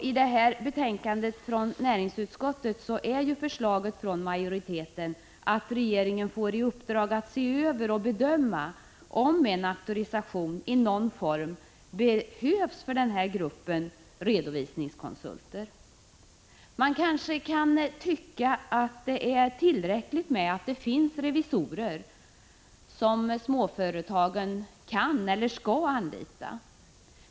I detta betänkande från näringsutskottet föreslår utskottsmajoriteten att regeringen får i uppdrag att se över och bedöma om en auktorisation i någon form behövs för denna grupp redovisningskonsulter. Man kan kanske tycka att det är tillräckligt att det finns revisorer som småföretagen kan eller skall anlita.